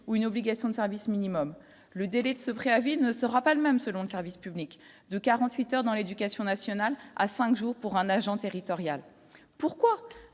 ou une obligation de service minimum le délai de ce préavis ne sera pas le même selon le service public de 48 heures dans l'Éducation nationale à 5 jours pour un agent territorial pourquoi